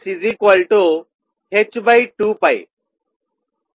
ఇక్కడ h2